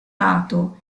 nato